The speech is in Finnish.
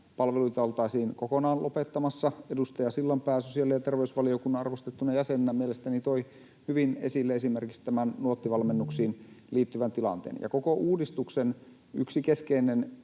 palveluita oltaisiin kokonaan lopettamassa. Edustaja Sillanpää sosiaali- ja terveysvaliokunnan arvostettuna jäsenenä mielestäni toi hyvin esille esimerkiksi tämän Nuotti-valmennuksiin liittyvän tilanteen. Ja koko uudistuksen yksi keskeinen